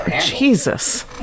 Jesus